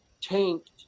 tanked